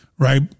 Right